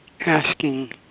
asking